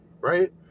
right